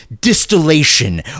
distillation